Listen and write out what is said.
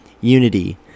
unity